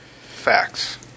facts